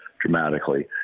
dramatically